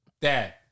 Dad